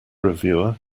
reviewer